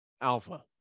alpha